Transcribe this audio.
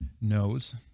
knows